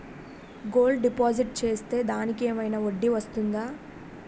Gold deposit చేస్తే దానికి ఏమైనా వడ్డీ వస్తుందా?